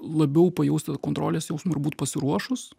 labiau pajausti kontrolės jausmą ir būt pasiruošus